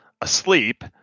asleep